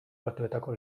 batuetako